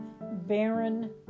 barren